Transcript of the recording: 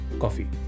coffee